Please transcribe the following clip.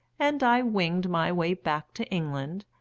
and i winged my way back to england,